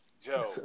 Joe